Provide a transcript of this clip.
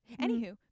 Anywho